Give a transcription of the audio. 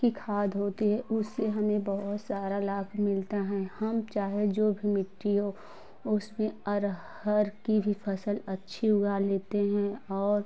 कि खाद होती है उससे हमें बहुत सारा लाभ मिलता हैं हम चाहे जो भी मिट्टी हो उसमें अरहर की भी फसल अच्छी उगा लेते हैं और